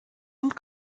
und